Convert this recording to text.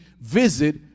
visit